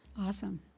Awesome